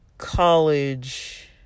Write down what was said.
college